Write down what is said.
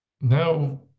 now